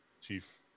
chief